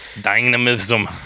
dynamism